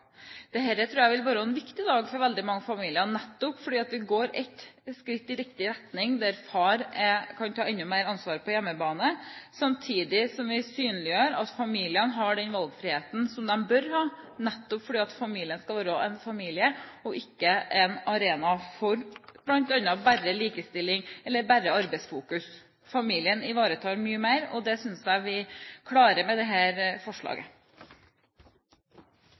tror jeg vil være en viktig dag for veldig mange familier, nettopp fordi vi går ett skritt i riktig retning, der far kan ta enda mer ansvar på hjemmebane, samtidig som vi synliggjør at familiene har den valgfriheten som de bør ha, nettopp fordi familien skal være en familie og ikke en arena for bl.a. bare likestilling eller bare arbeidsfokus. Familien ivaretar mye mer, og det synes jeg at vi klarer med dette forslaget.